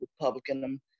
Republican